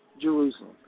Jerusalem